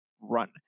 run